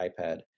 iPad